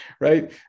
right